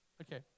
okay